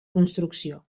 construcció